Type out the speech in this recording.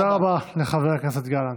תודה רבה לחבר הכנסת גלנט.